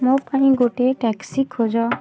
ମୋ ପାଇଁ ଗୋଟେ ଟ୍ୟାକ୍ସି ଖୋଜ